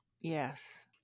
Yes